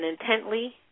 intently